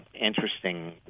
interesting